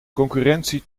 concurrentie